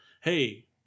hey